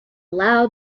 loud